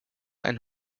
and